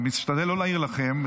אני משתדל לא להעיר לכם.